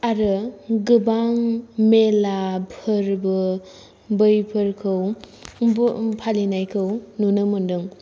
आरो गोबां मेला फोरबो बैफोरखौबो फालिनायखौ नुनो मोनदों